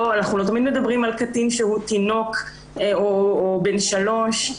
אנחנו לא תמיד מדברים על קטין שהוא תינוק או בן שלוש.